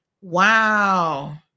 Wow